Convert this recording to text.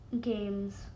games